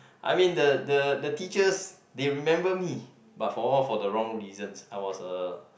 I mean the the the teachers they remember me but for all for the wrong reasons I was a